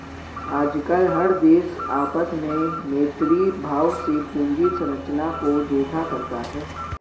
आजकल हर देश आपस में मैत्री भाव से पूंजी संरचना को देखा करता है